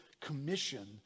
Commission